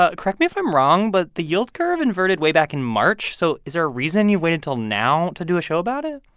ah correct me if i'm wrong, but the yield curve inverted way back in march. so is there a reason you've waited until now to do a show about it?